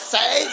Say